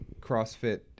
CrossFit